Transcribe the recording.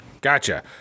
Gotcha